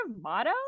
Motto